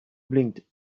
blinked